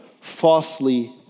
falsely